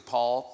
Paul